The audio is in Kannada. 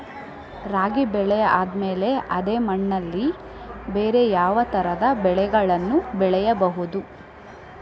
ರಾಗಿ ಬೆಳೆ ಆದ್ಮೇಲೆ ಅದೇ ಮಣ್ಣಲ್ಲಿ ಬೇರೆ ಯಾವ ತರದ ಬೆಳೆಗಳನ್ನು ಬೆಳೆಯಬಹುದು?